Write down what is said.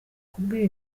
kubwira